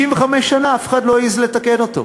65 שנה אף אחד לא העז לתקן אותו.